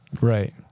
Right